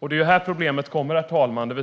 Det är ju här problemet uppstår, herr talman.